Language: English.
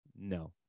No